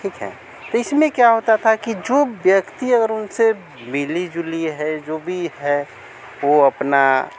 ठीक है तो इसमें क्या होता था कि जो व्यक्ति अगर उनसे मिली जुली है जो भी है वह अपना